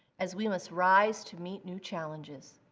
as we must rise to meet new challenges.